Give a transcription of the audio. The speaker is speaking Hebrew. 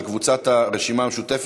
של קבוצת הרשימה המשותפת,